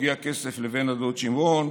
הגיע כסף לבן הדוד שימרון,